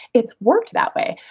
it's worked that way,